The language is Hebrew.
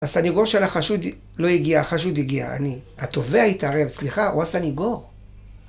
הסניגור של החשוד לא הגיע, החשוד הגיע, אני, התובע התערב, סליחה, הוא הסניגור..